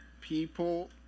people